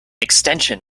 extension